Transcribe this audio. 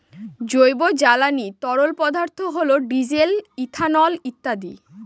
জৈব জ্বালানি তরল পদার্থ হল ডিজেল, ইথানল ইত্যাদি